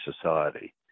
society